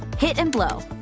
hit and blow.